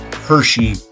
Hershey